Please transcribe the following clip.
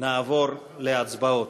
נעבור להצבעות.